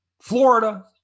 Florida